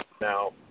Now